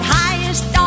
highest